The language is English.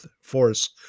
force